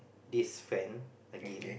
this friend again